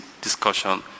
discussion